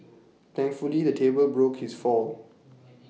thankfully the table broke his fall